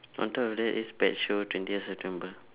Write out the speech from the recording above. on top of that is bat show twentieth september